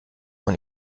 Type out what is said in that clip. man